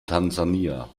tansania